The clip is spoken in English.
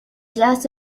just